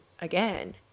again